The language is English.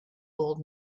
old